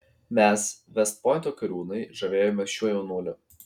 mes vest pointo kariūnai žavėjomės šiuo jaunuoliu